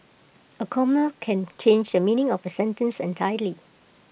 A comma can change the meaning of A sentence entirely